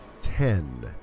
ten